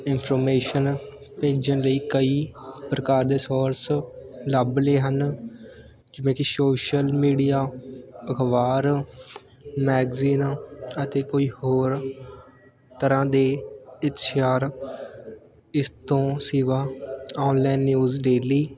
information ਭੇਜਣ ਲਈ ਕਈ ਪ੍ਰਕਾਰ ਦੇ ਸੋਰਸ ਲੱਭ ਲਏ ਹਨ ਜਿਵੇਂ ਕਿ ਸ਼ੋਸ਼ਲ ਮੀਡੀਆ ਅਖ਼ਬਾਰ ਮੈਗਜ਼ੀਨ ਅਤੇ ਕੋਈ ਹੋਰ ਤਰ੍ਹਾਂ ਦੇ ਇਸ਼ਤਿਹਾਰ ਇਸ ਤੋਂ ਸਿਵਾ ਔਨਲਾਈਨ ਨਿਊਜ਼ ਡੇਲੀ